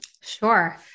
Sure